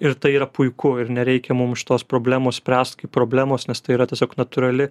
ir tai yra puiku ir nereikia mum šitos problemos spręst kaip problemos nes tai yra tiesiog natūrali